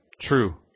true